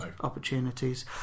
opportunities